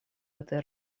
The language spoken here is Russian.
этой